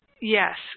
Yes